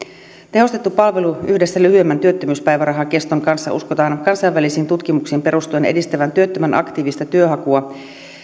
tehostetun palvelun yhdessä lyhyemmän työttömyyspäivärahan keston kanssa uskotaan kansainvälisiin tutkimuksiin perustuen edistävän työttömän aktiivista työnhakua